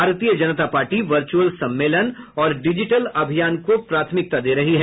भारतीय Janata Party virtual सम्मेलन और डिजिटल अभियान को प्राथमिकता दे रही है